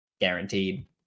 guaranteed